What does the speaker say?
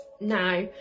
now